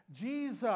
Jesus